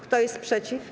Kto jest przeciw?